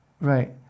Right